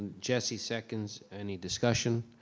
jessie seconds, any discussion?